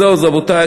זהו, רבותי.